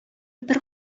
бер